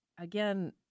again